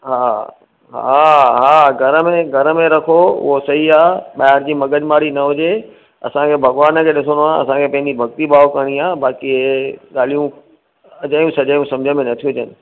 हा हा हा घर में घर में रखो उहो सही आहे ॿाहिरि जी मगजमारी न हुजे असांखे भॻवान खे ॾिसिणो आहे असांखे पंहिंजी भक्ति भाव करिणी आहे बाक़ी इहे ॻाल्हियूं अॼायूं सॼायूं सम्झि में नथियूं अचनि